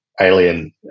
alien